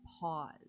pause